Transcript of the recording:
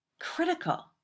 critical